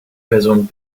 person